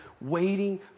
waiting